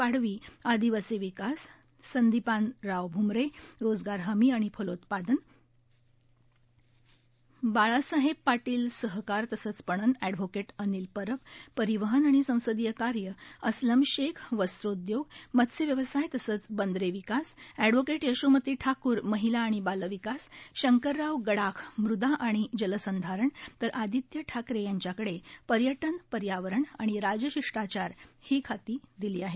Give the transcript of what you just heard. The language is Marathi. पाडवी आदिवासी विकास संदिपानराव भ्मरे रोजगार हमी आणि फलोत्पादन बाळासाहेब पाटील सहकार तसंच पणन एडव्होकेट अनिल परब परिवहन आणि संसदीय कार्य अस्लम शेख वस्त्रोद्योग मत्स्य व्यवसाय तसंच बंदरे विकास एडव्होकेट यशोमती ठाकूर महिला आणि बालविकास शंकराराव गडाख मृदा आणि जलसंधारण तर आदित्य ठाकरे यांच्याकडे पर्यटन पर्यावरण आणि राजशिष्टाचार ही खाती दिली आहेत